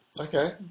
Okay